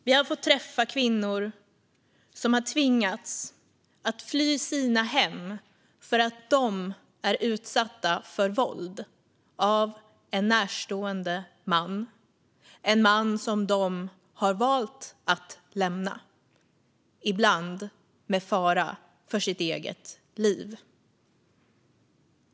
Vi har fått träffa kvinnor som har tvingats att fly från sina hem för att de är utsatta för våld av en närstående man, en man som de har valt att lämna, ibland med fara för sitt eget liv.